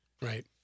Right